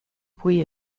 buí